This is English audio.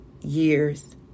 years